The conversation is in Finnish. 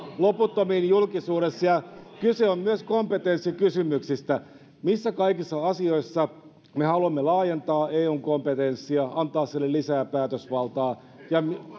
loputtomiin julkisuudessa ja kyse on myös kompetenssikysymyksistä siitä missä kaikissa asioissa me haluamme laajentaa eun kompetenssia antaa sille lisää päätösvaltaa ja